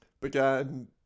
began